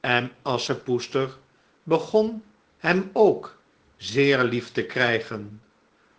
en asschepoester begon hem ook zeer lief te krijgen